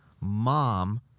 mom